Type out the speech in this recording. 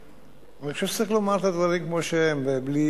אני חושב שצריך לומר את הדברים כמו שהם ובלי